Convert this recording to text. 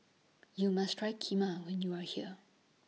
YOU must Try Kheema when YOU Are here